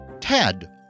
Ted